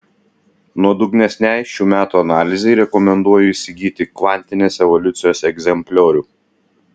nuodugnesnei šių temų analizei rekomenduoju įsigyti kvantinės evoliucijos egzempliorių